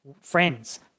friends